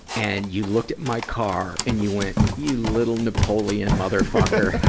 and you looked at my car, and you went, you little napoleon motherfucker!